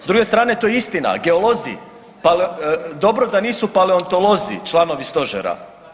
S druge strane, to je istina, geolozi dobro da nisu paleontolozi članovi Stožera.